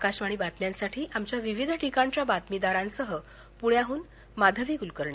आकाशवाणी बातम्यांसाठी आमच्या विविध ठिकाणच्या बातमीदारांसह पुण्याहून माधवी कुलकर्णी